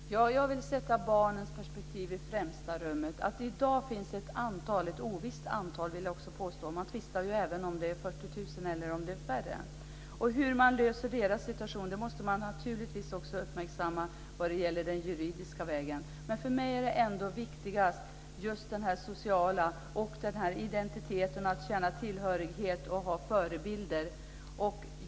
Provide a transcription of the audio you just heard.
Fru talman! Jag vill sätta barnets perspektiv i främsta rummet. I det här sammanhanget gäller det i dag ett ovisst antal barn - man tvistar om det är 40 000 eller färre. För att lösa deras situation måste man naturligtvis också uppmärksamma den juridiska vägen. För mig är ändå viktigast den sociala tillhörigheten och identiteten, att känna tillhörighet och ha förebilder.